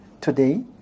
today